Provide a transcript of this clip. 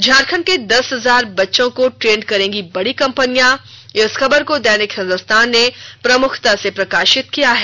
झारखंड के दस हजार बच्चों को ट्रेंड करेंगी बड़ी कंपनियां इस खबर को दैनिक हिंदुस्तान ने प्रमुखता से प्रकाशित किया है